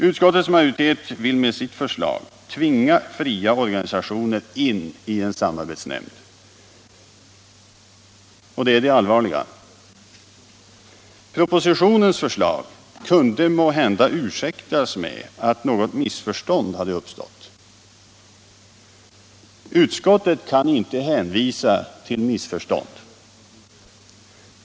Utskottets majoritet vill med sitt förslag tvinga fria organisationer in i en samarbetsnämnd, och det är det allvarliga. Propositionens förslag kunde måhända ursäktas med att något missförstånd hade uppstått. Utskottet kan inte hänvisa till missförstånd.